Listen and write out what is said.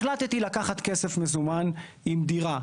החלטתי לקחת כסף מזומן, עם דירה.